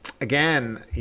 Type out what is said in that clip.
Again